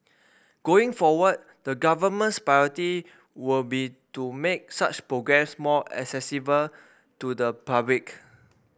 going forward the government's priority will be to make such programmes more accessible to the public